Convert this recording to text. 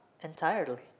entirely